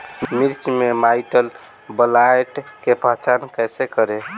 मिर्च मे माईटब्लाइट के पहचान कैसे करे?